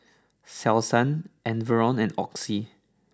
Selsun Enervon and Oxy